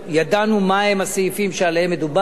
ידענו מהם הסעיפים שעליהם מדובר,